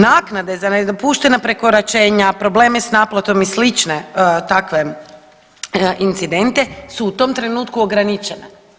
Naknade za nedopuštena prekoračenja, probleme sa naplatom i slične takve incidente su u tom trenutku ograničene.